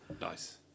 Nice